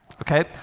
okay